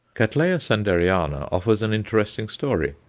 cattleya sanderiana offers an interesting story.